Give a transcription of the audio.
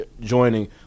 joining